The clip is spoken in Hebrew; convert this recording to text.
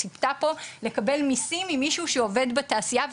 היא ציפתה לקבל מסים ממישהו שעובד בתעשיה.